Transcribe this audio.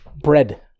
Bread